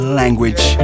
language